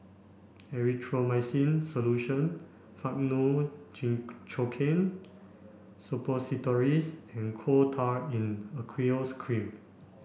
Erythroymycin Solution Faktu Cinchocaine Suppositories and Coal Tar in Aqueous Cream